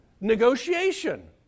negotiation